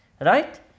right